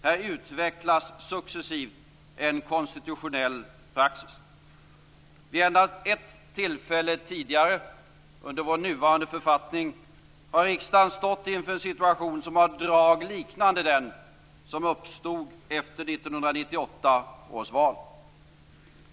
Här utvecklas successivt en konstitutionell praxis. Vid endast ett tillfälle tidigare under vår nuvarande författning har riksdagen stått inför en situation som har drag liknande den som uppstod efter 1998 års val.